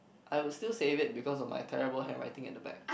I will still save it because of my terrible handwriting at the back